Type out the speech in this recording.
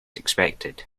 expected